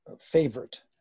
favorite